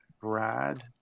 Brad